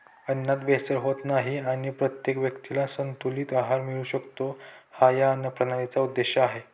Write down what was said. अन्नात भेसळ होत नाही आणि प्रत्येक व्यक्तीला संतुलित आहार मिळू शकतो, हा या अन्नप्रणालीचा उद्देश आहे